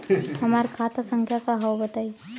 हमार खाता संख्या का हव बताई?